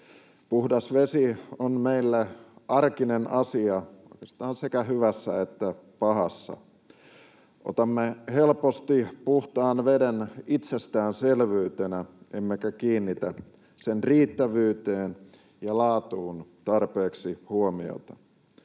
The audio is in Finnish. Puhdas vesi on meille arkinen asia, oikeastaan sekä hyvässä että pahassa. Otamme helposti puhtaan veden itsestäänselvyytenä, emmekä kiinnitä sen riittävyyteen ja laatuun tarpeeksi huomiota.